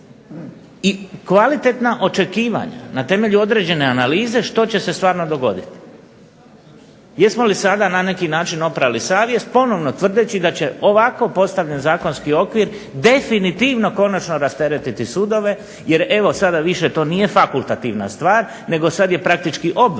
i kvalitetna očekivanja na temelju određene analize što će se stvarno dogoditi. Jesmo li sada na neki način oprali savjest ponovno tvrdeći da će ovako postavljen zakonski okvir definitivno konačno rasteretiti sudove jer evo sada više to nije fakultativna stvar nego sad je praktički obveza